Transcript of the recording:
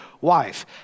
wife